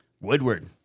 Woodward